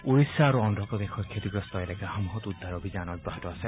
ওড়িশা আৰু অন্ধ্ৰপ্ৰদেশৰ ক্ষতিগ্ৰস্ত এলেকাসমূহত উদ্ধাৰ অভিযান অব্যাহত আছে